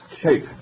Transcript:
shape